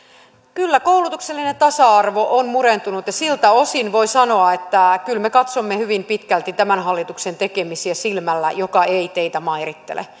kyllä koulutuksellinen tasa arvo on murentunut ja siltä osin voi sanoa että kyllä me katsomme tämän hallituksen tekemisiä hyvin pitkälti silmällä joka ei teitä mairittele